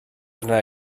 arna